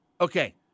Okay